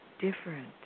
different